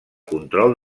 control